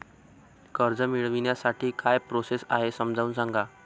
कर्ज मिळविण्यासाठी काय प्रोसेस आहे समजावून सांगा